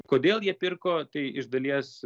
kodėl jie pirko tai iš dalies